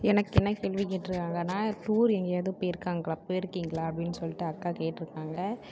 எனக்கு என்ன கேள்வி கேட்டுருக்காங்கனா டூர் எங்கேயாவது போய்ருக்காங்களா போய்ருக்கீங்களா அப்படின்னு சொல்லிவிட்டு அக்கா கேட்டிருக்காங்க